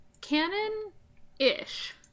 Canon-ish